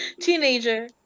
teenager